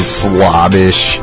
slobbish